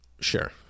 sure